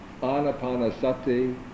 anapanasati